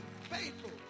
faithful